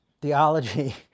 theology